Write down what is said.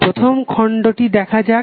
প্রথম খন্দটি দেখা যাক